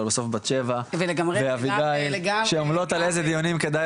אבל בסוף בת שבע ואביגיל שעומלות על איזה דיונים כדאי